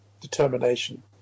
determination